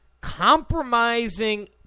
compromising